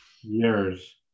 years